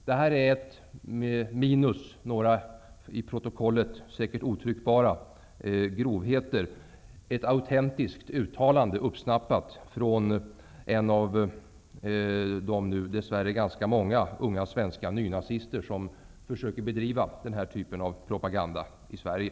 Detta är ett, frånsett några i protokollet säkert otryckbara grovheter, autentiskt uttalande uppsnappat från en av de nu dess värre ganska många unga svenska nynazister som försöker att bedriva den här typen av propaganda i Sverige.